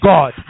God